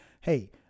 hey